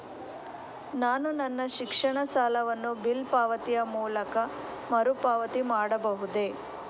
ನಾನು ನನ್ನ ಶಿಕ್ಷಣ ಸಾಲವನ್ನು ಬಿಲ್ ಪಾವತಿಯ ಮೂಲಕ ಮರುಪಾವತಿ ಮಾಡಬಹುದೇ?